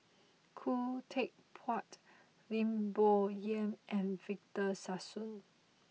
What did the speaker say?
Khoo Teck Puat Lim Bo Yam and Victor Sassoon